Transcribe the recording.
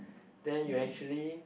then you actually